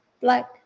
black